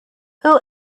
who